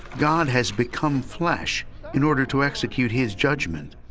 god has become flesh in order to execute his judgment.